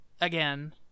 again